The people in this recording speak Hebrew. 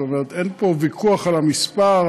אין ויכוח על המספר,